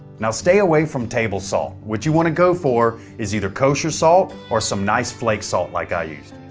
now stay away from table salt. what you want to go for is either kosher salt or some nice flake salt like i used.